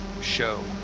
show